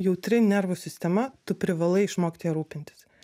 jautri nervų sistema tu privalai išmokt ja rūpintis